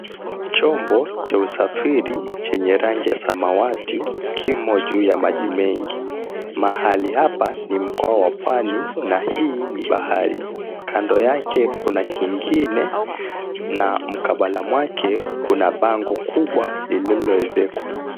Chombo cha usafiri chenye rangi ya samawati kimo juu ya maji mengi. Mahali hapa ni mkoa wa Pwani na hii ni bahari. Kando yake kuna kingine na mkabala mwake kuna bango kubwa lililowezekwa.